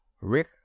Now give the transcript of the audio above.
Rick